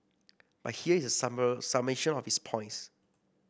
but here is a summer summation of his points